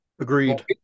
Agreed